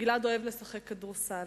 גלעד אוהב לשחק כדורסל.